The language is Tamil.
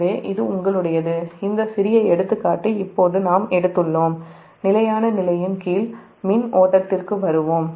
எனவே இது உங்களுடையது இந்த சிறிய எடுத்துக்காட்டு இப்போது நாம் எடுத்துள்ளோம் நிலையான நிலையின் கீழ் மின் ஓட்டத்திற்கு வருவோம்